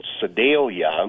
Sedalia